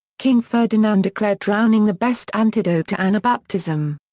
king ferdinand declared drowning the best antidote to anabaptism.